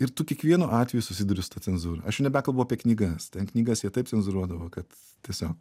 ir tu kiekvienu atveju susiduri su ta cenzūra aš nebekalbu apie knygas ten knygas jie taip cenzūruodavo kad tiesiog